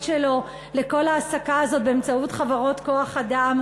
שלו לכל ההעסקה הזאת באמצעות חברות כוח-אדם,